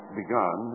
begun